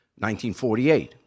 1948